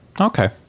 Okay